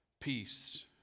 Peace